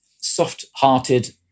soft-hearted